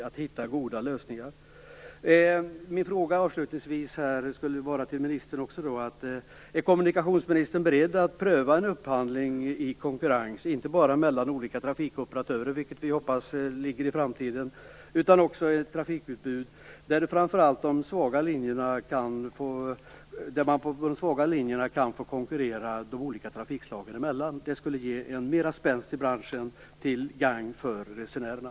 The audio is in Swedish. Avslutningsvis är min fråga till kommunikationsministern: Är kommunikationsministern beredd att inte bara pröva en upphandling i konkurrens mellan olika trafikoperatörer, något som vi hoppas ligger i framtiden, utan också att främja ett trafikutbud där man, framför allt på de svaga linjerna, kan få konkurrera de olika trafikslagen emellan? Det skulle ge mer spänst i branschen och vara till gagn för resenärerna.